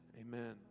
amen